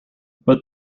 but